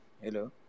Hello